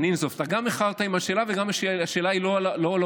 אני אנזוף: אתה איחרת עם השאלה וגם השאלה היא לא על העובדות.